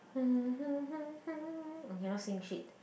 okay no singing shit